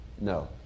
No